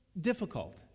difficult